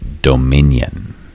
Dominion